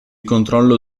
controllo